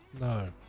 No